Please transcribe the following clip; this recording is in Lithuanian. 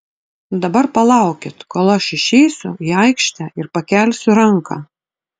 dabar palaukit kol aš išeisiu į aikštę ir pakelsiu ranką